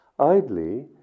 Idly